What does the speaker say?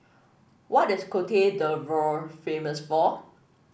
what is Cote d'Ivoire famous for